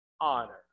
honor